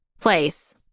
place